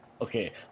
Okay